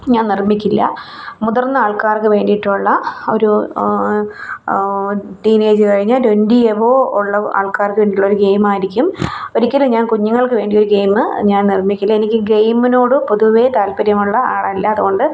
ഞാൻ നിർമ്മിക്കില്ല മുതിർന്ന ആൾക്കാർക്കു വേണ്ടിയിട്ടുള്ള ഒരു ഒരു ടീനേജ് കഴിഞ്ഞ് ട്വൻറ്റി എബവ് ഉള്ള ആൾക്കാർക്ക് വേണ്ടിയിട്ടുള്ളൊരു ഗെയിമായിരിക്കും ഒരിക്കലും ഞാൻ കുഞ്ഞുങ്ങൾക്ക് വേണ്ടിയൊരു ഗെയിം ഞാൻ നിർമ്മിക്കില്ല എനിക്ക് ഗെയിമിനോട് പൊതുവേ താല്പര്യമുള്ള ആളല്ല അതുകൊണ്ട്